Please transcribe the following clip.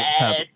Yes